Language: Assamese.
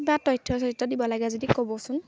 কিবা তথ্য চথ্য দিব লাগে যদি ক'বচোন